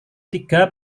tiga